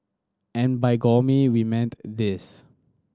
and by gourmet we meant this